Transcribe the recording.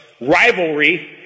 rivalry